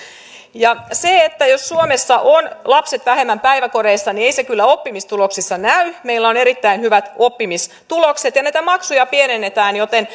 se jos suomessa ovat lapset vähemmän päiväkodeissa ei kyllä oppimistuloksissa näy meillä on erittäin hyvät oppimistulokset ja näitä maksuja pienennetään joten